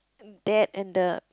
bad and the